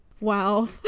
Wow